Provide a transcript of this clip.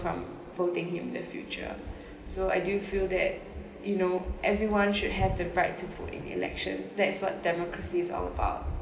from voting him the future so I do feel that you know everyone should have the right to vote in election that's what democracy is all about